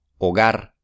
Hogar